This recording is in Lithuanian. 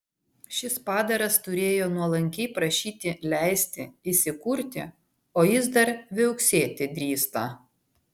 šis padaras turėjo nuolankiai prašyti leisti įsikurti o jis dar viauksėti drįsta